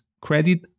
credit